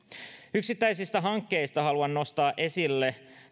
yksittäisistä hankkeista haluan nostaa esille